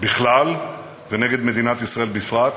בכלל ונגד מדינת ישראל בפרט,